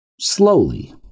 Slowly